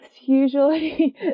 usually